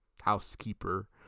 housekeeper